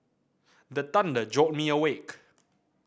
the thunder jolt me awake